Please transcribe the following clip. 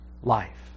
life